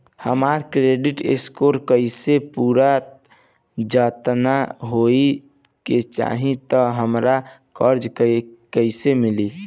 हमार credit score नईखे पूरत जेतना होए के चाही त हमरा कर्जा कैसे मिली?